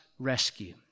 rescue